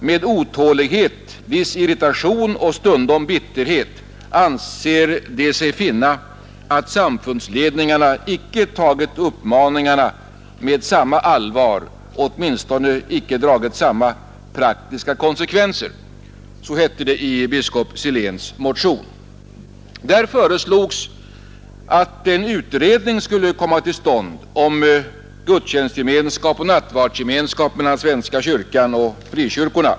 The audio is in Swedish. Med otålighet, viss irritation och stundom bitterhet anser de sig finna att samfundsledningarna icke tagit uppmaningarna med samma allvar, åtminstone icke dragit samma praktiska konsekvenser.” I biskop Siléns motion föreslogs att en utredning skulle komma till stånd om gudstjänstgemenskap och nattvardsgemenskap mellan svenska kyrkan och frikyrkorna.